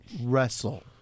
Wrestle